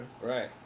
Right